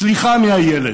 סליחה מהילד.